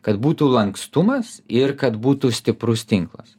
kad būtų lankstumas ir kad būtų stiprus tinklas